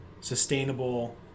sustainable